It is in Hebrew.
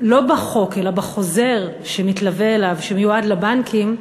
לא בחוק, אלא בחוזר שמתלווה אליו, שמיועד לבנקים,